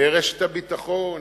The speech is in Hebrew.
ורשת הביטחון,